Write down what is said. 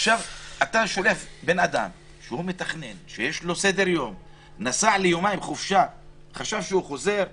ועכשיו בן אדם שנסע ליומיים חופשה וחשב שהוא חוזר הביתה,